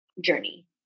journey